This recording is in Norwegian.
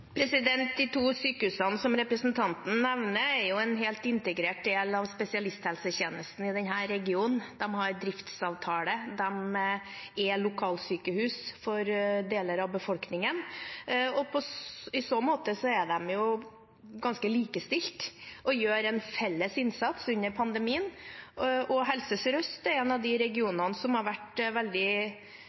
De to sykehusene som representanten nevner, er en helt integrert del av spesialisthelsetjenesten i denne regionen. De har driftsavtale, og de er lokalsykehus for deler av befolkningen. I så måte er de jo ganske likestilt og gjør en felles innsats under pandemien. Helse Sør-Øst er en av de regionene der man har vært veldig